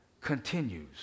continues